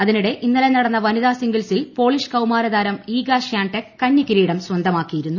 അതിനിടെ ഇന്നലെ നടന്ന വനിതാ സിംഗിൾസിൽ പോളിഷ് കൌമാരതാരം ഈഗ ഷ്യാൻടെക് കന്നി കിരീടം സ്വന്തമാക്കിയിരുന്നു